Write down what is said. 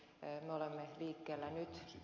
me olemme liikkeellä nyt